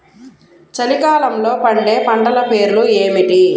చలికాలంలో పండే పంటల పేర్లు ఏమిటీ?